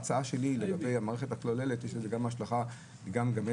ההצעה שלי לגבי המערכת הכוללת יש השלכה גם לגבי